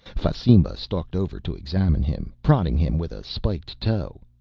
fasimba stalked over to examine him, prodding him with a spiked toe.